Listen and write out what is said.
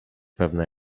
pewne